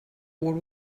what